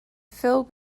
fill